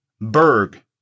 Berg